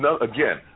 Again